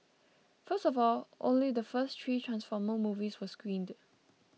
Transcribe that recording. first of all only the first three Transformer movies were screened